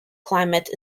climate